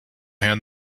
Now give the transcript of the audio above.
hand